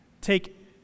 take